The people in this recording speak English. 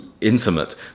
intimate